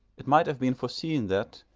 it might have been foreseen that,